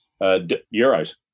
euros